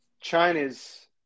China's